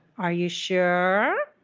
are you sure?